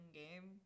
game